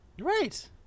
Right